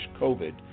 COVID